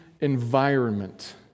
environment